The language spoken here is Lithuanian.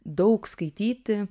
daug skaityti